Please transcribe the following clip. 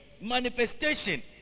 manifestation